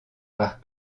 par